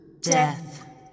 Death